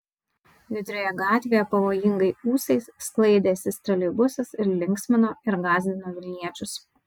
judrioje gatvėje pavojingai ūsais sklaidęsis troleibusas ir linksmino ir gąsdino vilniečius